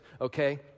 okay